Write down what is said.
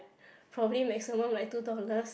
probably maximum like two dollars